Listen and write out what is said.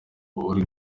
uri